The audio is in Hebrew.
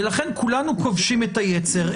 לכן כולנו כובשים את היצר,